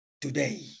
today